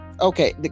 okay